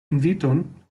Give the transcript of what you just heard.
inviton